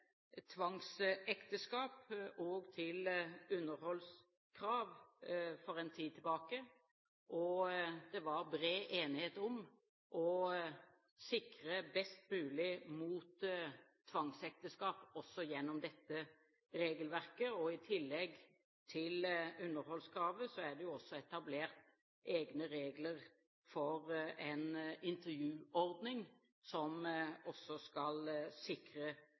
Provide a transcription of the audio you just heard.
tvangsekteskap og underholdskrav for en tid siden, og det var bred enighet om å sikre best mulig mot tvangsekteskap gjennom dette regelverket, og i tillegg til underholdskravet er det etablert egne regler for en intervjuordning som også skal sikre